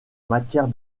matière